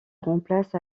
remplace